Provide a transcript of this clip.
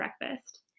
breakfast